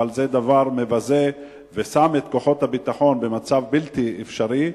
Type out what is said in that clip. אבל זה דבר מבזה ששם את כוחות הביטחון במצב בלתי אפשרי.